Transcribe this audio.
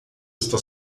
está